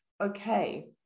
Okay